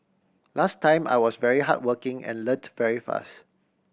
last time I was very hardworking and learnt very fast